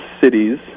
cities